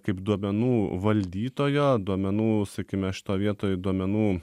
kaip duomenų valdytojo duomenų sakykime šitoj vietoj duomenų